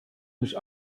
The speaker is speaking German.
nicht